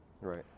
Right